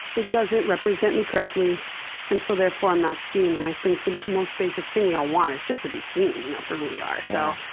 it doesn't represent me correctly and so therefore i'm not seen and i think the most basic thing we all want is just to be seen you know for who we are. so,